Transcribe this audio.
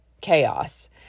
chaos